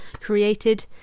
created